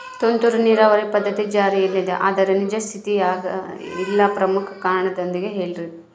ತುಂತುರು ನೇರಾವರಿ ಪದ್ಧತಿ ಜಾರಿಯಲ್ಲಿದೆ ಆದರೆ ನಿಜ ಸ್ಥಿತಿಯಾಗ ಇಲ್ಲ ಪ್ರಮುಖ ಕಾರಣದೊಂದಿಗೆ ಹೇಳ್ರಿ?